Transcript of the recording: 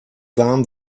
warm